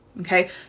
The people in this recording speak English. okay